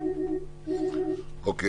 אוקיי.